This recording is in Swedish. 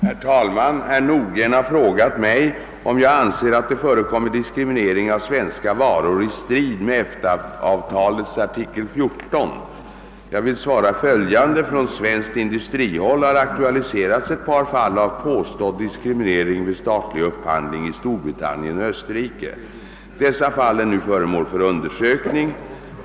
Herr talman! Herr Nordgren har frågat, om jag anser att det förekommer diskriminering av svenska varor i strid med EFTA-avtalets artikel 14. Jag vill svara följande. Från svenskt industrihåll har aktualiserats ett par fall av påstådd diskriminering vid statlig upphandling i Storbritannien och Österrike. Dessa fall är nu föremål för undersökning.